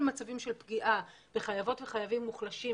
מצבים של פגיעה בחייבות ובחייבים מוחלשים,